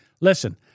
Listen